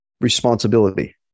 responsibility